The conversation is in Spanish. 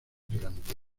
durante